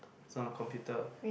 it's on the computer